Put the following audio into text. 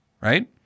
right